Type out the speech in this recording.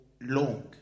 long